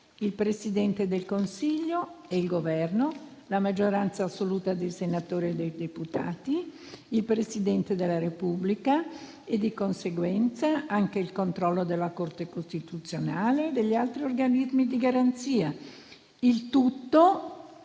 il Presidente del Consiglio e il Governo, la maggioranza assoluta dei senatori e dei deputati, il Presidente della Repubblica e, di conseguenza, anche il controllo della Corte costituzionale e degli altri organismi di garanzia,